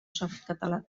softcatalà